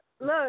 look